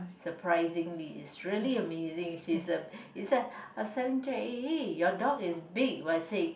surprisingly is really amazing she's a it's a a seven jack eh eh your dog is big but see